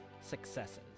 successes